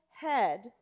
head